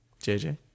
jj